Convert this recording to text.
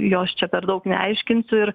jos čia per daug neaiškinsiu ir